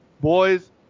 boys